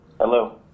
Hello